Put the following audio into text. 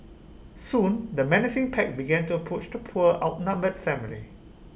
soon the menacing pack began to approach the poor outnumbered family